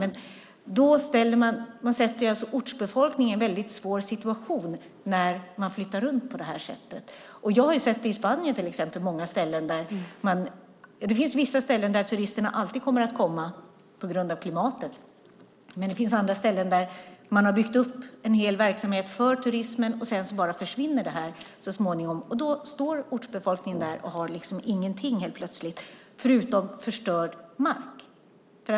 Man sätter ortsbefolkningen i en väldigt svår situation när man flyttar runt på det här sättet. Jag har sett det i Spanien på många ställen. Det finns vissa ställen som turisterna alltid kommer att komma till på grund av klimatet. Men det finns andra ställen där man har byggt upp en hel verksamhet för turismen, och sedan försvinner den så småningom. Då står ortsbefolkningen och har ingenting helt plötsligt förutom förstörd mark.